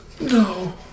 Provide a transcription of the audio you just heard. No